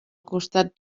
costat